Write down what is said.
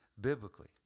biblically